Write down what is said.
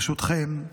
ברשותכם,